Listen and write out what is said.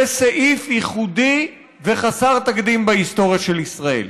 זה סעיף ייחודי וחסר תקדים בהיסטוריה של ישראל.